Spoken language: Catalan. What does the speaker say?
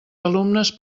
alumnes